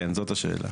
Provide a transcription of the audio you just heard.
כן, זאת השאלה.